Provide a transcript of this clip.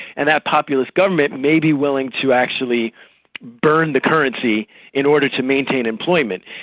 and that populist government may be willing to actually burn the currency in order to maintain employment,